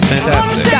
Fantastic